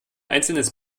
einzelnes